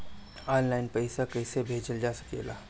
आन line पईसा कईसे भेजल जा सेकला?